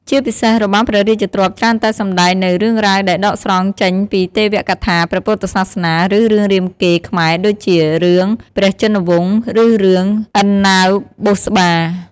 ជាពិសេស របាំព្រះរាជទ្រព្យច្រើនតែសម្ដែងនូវ រឿងរ៉ាវដែលដកស្រង់ចេញពីទេវកថា ព្រះពុទ្ធសាសនា ឬរឿងរាមកេរ្តិ៍ខ្មែរ ដូចជា រឿងព្រះជិនវង្ស ឬរឿងឥណាវបុស្សបា។